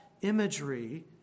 imagery